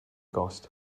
gost